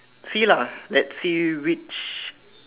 see lah let's see which